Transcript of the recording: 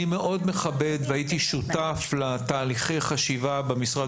אני מאוד מכבד והייתי שותף לתהליכי החשיבה במשרד